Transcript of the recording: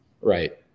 Right